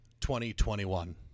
2021